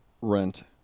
rent